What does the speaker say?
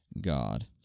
God